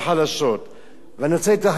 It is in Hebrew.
ואני רוצה להתייחס לדירה השנייה,